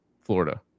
Florida